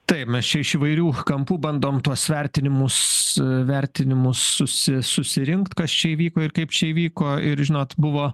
taip mes čia iš įvairių kampų bandom tuos vertinimus vertinimus susi susirinkt kas čia įvyko ir kaip čia įvyko ir žinot buvo